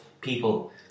people